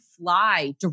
fly